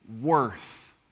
worth